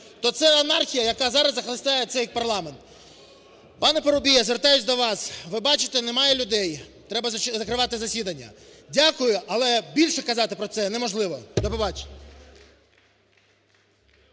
то це анархія, яка зараз захлистає цей парламент. Пане Парубій, я звертаюсь до вас: ви бачите, немає людей, треба закривати засідання. Дякую, але більше казати про це неможливо! До побачення.